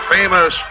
famous